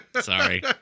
Sorry